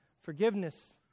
Forgiveness